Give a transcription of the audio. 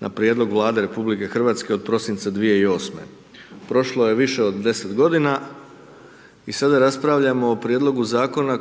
na prijedlog Vlade RH od prosinca 2008.-me. Prošlo je više od 10 godina i sada raspravljamo o prijedlogu Zakona